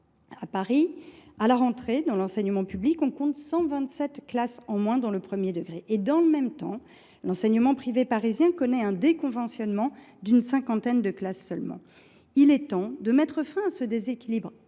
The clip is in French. À Paris, à la rentrée, dans l’enseignement public, on a compté 127 classes en moins dans le premier degré. Dans le même temps, l’enseignement privé parisien a connu un déconventionnement d’une cinquantaine de classes seulement. Il est temps de mettre fin à ce déséquilibre